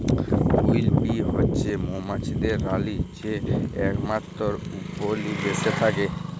queen bee হছে মোমাছিদের রালী যে একমাত্তর উপলিবেশে থ্যাকে